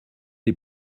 les